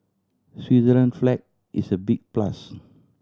Switzerland flag is a big plus